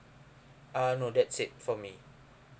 uh no that's it for me